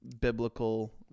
biblical